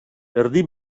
erdi